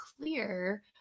clear